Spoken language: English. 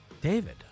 David